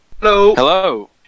Hello